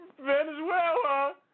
Venezuela